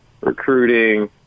Recruiting